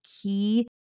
key